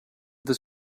this